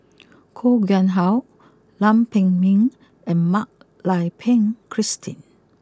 Koh Nguang how Lam Pin Min and Mak Lai Peng Christine